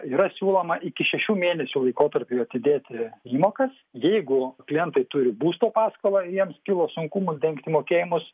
yra siūloma iki šešių mėnesių laikotarpiui atidėti įmokas jeigu klientai turi būsto paskolą jiems kilo sunkumų dengti mokėjimus